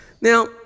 Now